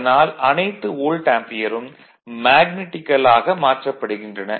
அதனால் அனைத்து வோல்ட் ஆம்பியரும் மேக்னடிக்கலாக மாற்றப்படுகின்றன